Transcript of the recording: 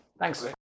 Thanks